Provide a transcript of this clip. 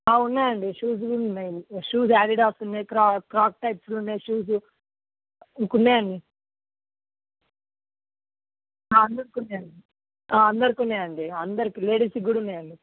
ఉన్నాయండి షూస్ కూడా ఉన్నాయి షూస్ ఆడిడాస్ ఉన్నాయి క క్రాక్ టైప్స్ ఉన్నాయి షూస్ ఇంకా ఉన్నాయండి అందరికున్నాయండి అందరికున్నాయండి అందరికి లేడీస్ కూడా ఉన్నాయండి